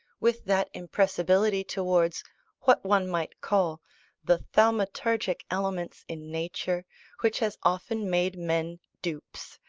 with that impressibility towards what one might call the thaumaturgic elements in nature which has often made men dupes,